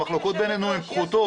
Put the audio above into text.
המחלוקות בינינו הן פחותות,